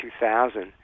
2000